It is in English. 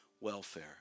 welfare